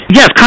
yes